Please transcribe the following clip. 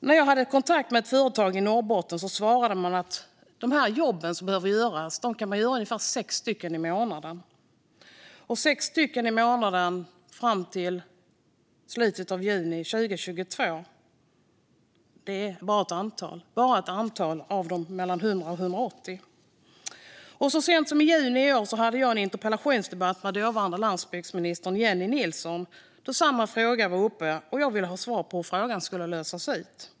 När jag hade kontakt med ett företag i Norrbotten svarade man, apropå de jobb som behöver göras, att man kan göra ungefär sex jobb i månaden. Sex jobb i månaden fram till slutet av juni 2022 motsvarar bara en liten del av de 100-180 jobben. Så sent som i juni i år hade jag en interpellationsdebatt med dåvarande landsbygdsministern Jennie Nilsson. Samma fråga var uppe, och jag ville ha svar på hur frågan skulle lösas.